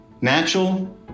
natural